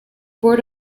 board